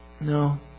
No